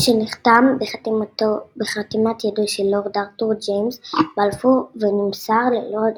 שנחתם בחתימת ידו של לורד ארתור ג'יימס בלפור ונמסר ללורד